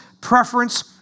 preference